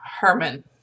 Herman